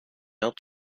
habt